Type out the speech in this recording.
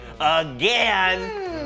again